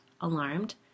alarmed